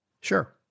Sure